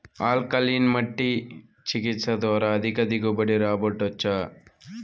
alkaline మట్టి చికిత్స ద్వారా అధిక దిగుబడి రాబట్టొచ్చా